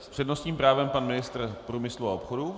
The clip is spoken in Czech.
S přednostním právem pan ministr průmyslu a obchodu.